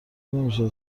نمیشه